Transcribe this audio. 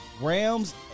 Rams